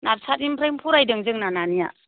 नारसारिनिफ्राय नो फरायदों जोंना नानिया